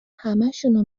همشونو